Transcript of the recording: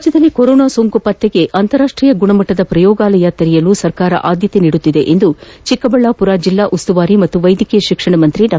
ರಾಜ್ಯದಲ್ಲಿ ಕೊರೋನಾ ಸೋಂಕು ಪತ್ತೆಗೆ ಅಂತಾರಾಷ್ಟೀಯ ಗುಣಮಟ್ಟದ ಪ್ರಯೋಗಾಲಯಗಳನ್ನು ತೆರೆಯಲು ಸರ್ಕಾರ ಅದ್ಯತೆ ನೀಡುತ್ತಿದೆ ಎಂದು ಚಿಕ್ಕಬಳ್ಳಾಪುರ ಜಿಲ್ಲಾ ಉಸ್ತುವಾರಿ ಹಾಗೂ ವೈದ್ಯಕೀಯ ಶಿಕ್ಷಣ ಸಚಿವ ಡಾ